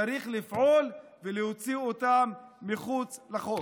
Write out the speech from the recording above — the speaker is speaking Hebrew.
צריך לפעול ולהוציא אותם מחוץ לחוק.